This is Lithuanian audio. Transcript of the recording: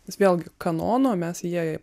nes vėlgi kanono mes įėję